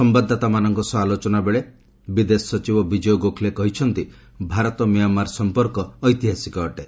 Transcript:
ସମ୍ଭାଦଦାତାମାନଙ୍କ ସହ ଆଲୋଚନା ବେଳେ ବିଦେଶ ସଚିବ ବିଜୟ ଗୋଖ୍ଲେ କହିଛନ୍ତି ଭାରତ ମିଆଁମାର ସଫପର୍କ ଐତିହାସିକ ଅଟେ